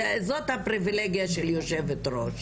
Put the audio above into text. זאת הפריבילגיה של היו"ר,